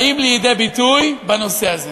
באים לידי ביטוי בנושא הזה?